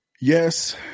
yes